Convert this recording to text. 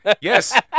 Yes